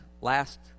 last